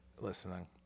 Listening